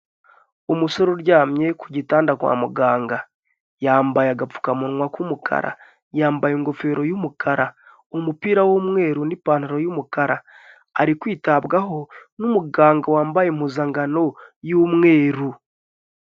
Umusore uryamye ku gitanda kwa muganga, yambaye agapfukamunwa k'umukara, yambaye ingofero y'umukara, umupira w'umweru n'ipantaro y'umukara; ari kwitabwaho n'umuganga wambaye impuzankano y'umweru.